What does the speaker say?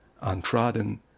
Untrodden